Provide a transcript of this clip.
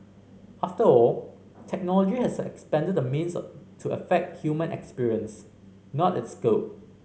after all technology has expanded the means to affect human experience not its scope